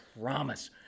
promise